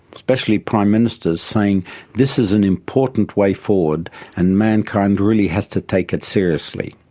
especially prime ministers, saying this is an important way forward and mankind really has to take it seriously.